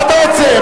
מה אתה רוצה?